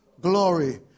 glory